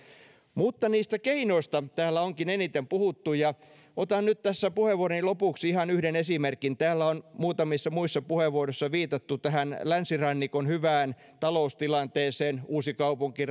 mutta niistä keinoista täällä onkin eniten puhuttu ja otan nyt tässä puheenvuoroni lopuksi ihan yhden esimerkin täällä on muutamissa muissa puheenvuoroissa viitattu tähän länsirannikon hyvään taloustilanteeseen uusikaupunki